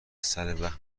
سروقت